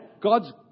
God's